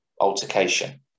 altercation